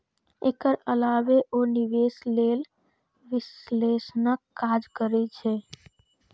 एकर अलावे ओ निवेश लेल विश्लेषणक काज करै छै